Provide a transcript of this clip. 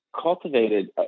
Cultivated